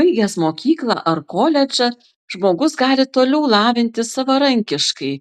baigęs mokyklą ar koledžą žmogus gali toliau lavintis savarankiškai